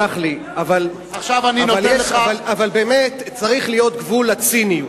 תסלח לי, אבל באמת, צריך להיות גבול לציניות.